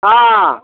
हँ